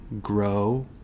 grow